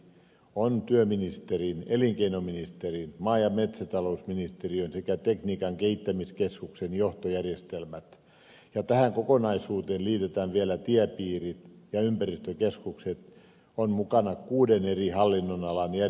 on työministeriön elinkeinoministeriön maa ja metsätalousministeriön sekä tekniikan kehittämiskeskuksen johtojärjestelmät ja kun tähän kokonaisuuteen liitetään vielä tiepiirit ja ympäristökeskukset on mukana kuuden eri hallinnonalan johtojärjestelmää